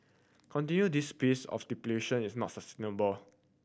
continuing this pace of depletion is not sustainable